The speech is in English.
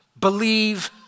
Believe